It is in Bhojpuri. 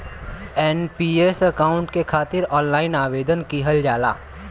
एन.पी.एस अकाउंट के खातिर ऑनलाइन आवेदन किहल जाला